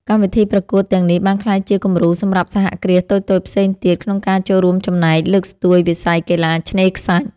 កម្មវិធីប្រកួតទាំងនេះបានក្លាយជាគំរូសម្រាប់សហគ្រាសតូចៗផ្សេងទៀត ក្នុងការចូលរួមចំណែកលើកស្ទួយវិស័យកីឡាឆ្នេរខ្សាច់។